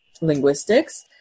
linguistics